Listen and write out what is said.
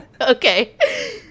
Okay